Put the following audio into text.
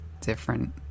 different